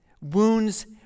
Wounds